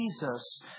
Jesus